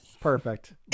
Perfect